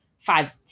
Five